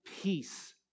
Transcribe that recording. Peace